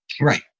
Right